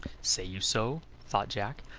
say you so? thought jack.